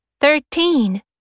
thirteen